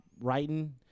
writing